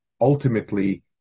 ultimately